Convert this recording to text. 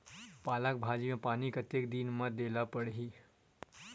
पालक भाजी म पानी कतेक दिन म देला पढ़ही?